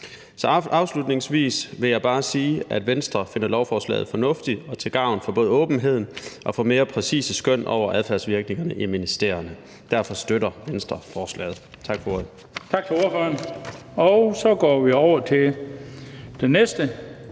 Afslutningsvis vil jeg bare sige, at Venstre finder lovforslaget fornuftigt og til gavn for både åbenheden og mere præcise skøn over adfærdsvirkningerne i ministerierne. Derfor støtter Venstre forslaget. Tak for ordet.